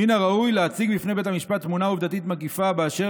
מן הראוי להציג בפני בית המשפט תמונה עובדתית מקיפה באשר